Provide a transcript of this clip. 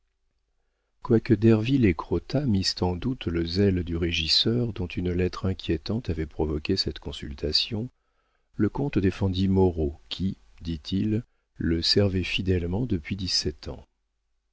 quoique derville et crottat missent en doute le zèle du régisseur dont une lettre inquiétante avait provoqué cette consultation le comte défendit moreau qui dit-il le servait fidèlement depuis dix-sept ans